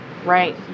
Right